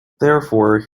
therefore